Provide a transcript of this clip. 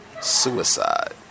suicide